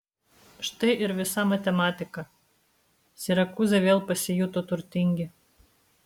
štai ir visa matematika sirakūzai vėl pasijuto turtingi